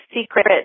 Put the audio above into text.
secret